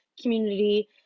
community